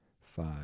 five